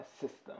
system